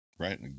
Right